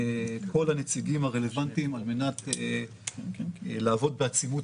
כל הנציגים הרלוונטיים על מנת לעבוד בעצימות